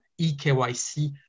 EKYC